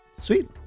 Sweet